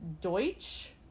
Deutsch